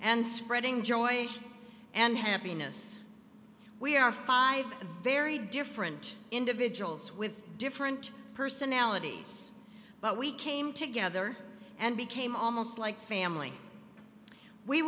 and spreading joy and happiness we are five very different individuals with different personalities but we came together and became almost like family we